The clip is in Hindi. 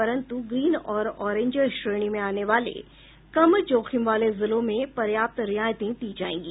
परंतु ग्रीन और ऑरेंज श्रेणी में आने वाले कम जोखिम वाले जिलों में पर्याप्त रियायतें दी जाएंगी